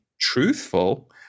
truthful